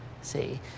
See